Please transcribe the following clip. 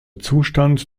zustand